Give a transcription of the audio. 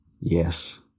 Yes